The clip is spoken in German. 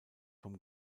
vom